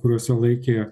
kuriuose laikė